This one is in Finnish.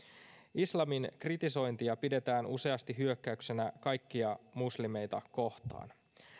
islamin kritisointia pidetään useasti hyökkäyksenä kaikkia muslimeita kohtaan